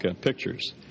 pictures